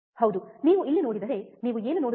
ಹೌದು ನೀವು ಇಲ್ಲಿ ನೋಡಿದರೆ ನೀವು ಏನು ನೋಡುತ್ತೀರಿ